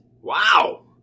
Wow